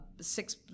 six